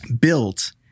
built